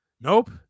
Nope